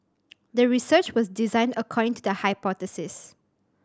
the research was designed according to the hypothesis